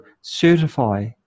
certify